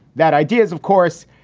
that idea is, of course,